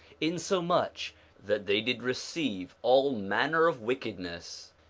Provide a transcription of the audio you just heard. insomuch that they did receive all manner of wickedness,